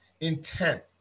intent